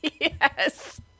Yes